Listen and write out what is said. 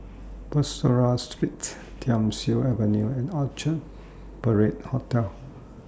Bussorah Street Thiam Siew Avenue and Orchard Parade Hotel